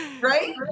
Right